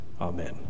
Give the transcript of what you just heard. Amen